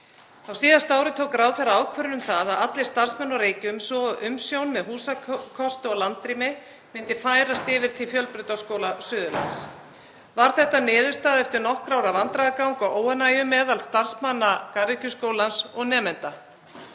Á síðasta ári tók ráðherra ákvörðun um að allir starfsmenn á Reykjum svo og umsjón með húsakosti og landrými myndi færast yfir til Fjölbrautaskóla Suðurlands. Var þetta niðurstaðan eftir nokkurra ára vandræðagang og óánægju meðal starfsmanna Garðyrkjuskólans og nemenda.